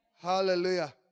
Hallelujah